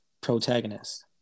protagonist